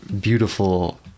beautiful